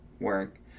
Work